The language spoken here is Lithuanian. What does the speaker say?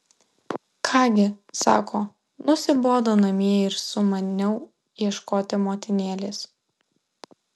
ką gi sako nusibodo namie ir sumaniau ieškoti motinėlės